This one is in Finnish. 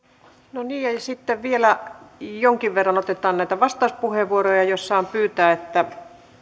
sitten vielä jonkin verran otetaan näitä vastauspuheenvuoroja jos saan pyytää että